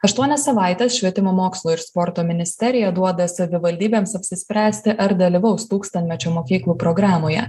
aštuonias savaites švietimo mokslo ir sporto ministerija duoda savivaldybėms apsispręsti ar dalyvaus tūkstantmečio mokyklų programoje